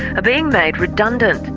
being made redundant.